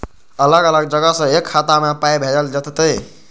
अलग अलग जगह से एक खाता मे पाय भैजल जेततै?